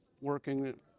working